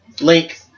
Link